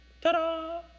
Ta-da